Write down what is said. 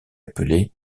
appelé